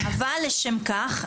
אבל לשם כך,